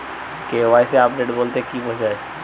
KYC update বলতে কি বোঝায়?